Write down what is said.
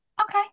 okay